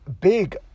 big